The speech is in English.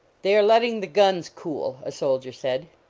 they are letting the guns cool, a soldier said.